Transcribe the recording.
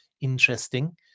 Interesting